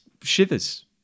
shivers